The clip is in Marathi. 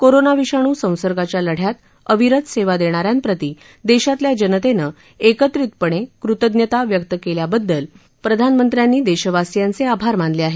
कोरोना विषाणू संसर्गाच्या लढ्यात अविरत सेवा देणां ्या प्रति देशातल्या जनतेनं एकत्रितपणे कृतजता व्यक्त केल्या बद्दल प्रधानमंत्री नरेंद्र मोदी यांनी देशवासीयांचे आभार मानले आहेत